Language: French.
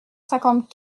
cinquante